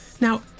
Now